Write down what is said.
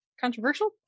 controversial